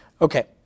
Okay